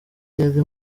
yari